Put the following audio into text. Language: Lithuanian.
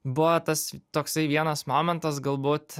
buvo tas toksai vienas momentas galbūt